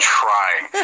trying